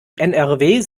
nrw